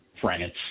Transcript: France